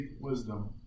wisdom